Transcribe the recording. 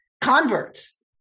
converts